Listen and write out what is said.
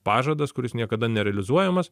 pažadas kuris niekada nerealizuojamas